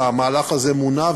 והמהלך הזה מונע,